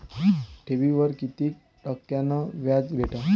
ठेवीवर कितीक टक्क्यान व्याज भेटते?